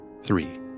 Three